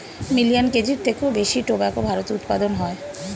million কেজির থেকেও বেশি টোবাকো ভারতে উৎপাদন হয়